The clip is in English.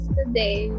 today